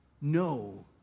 No